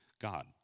God